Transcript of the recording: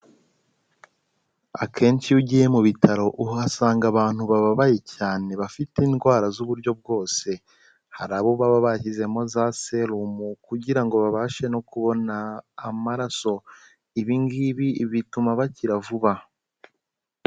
Akenshi iyo ugiye mu bitaro uhasanga abantu bababaye cyane bafite indwara z'uburyo bwose, hari abo baba bashyizemo za serumu kugira ngo babashe no kubona amaraso, ibi ngibi bituma bakira vuba